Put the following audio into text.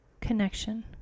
connection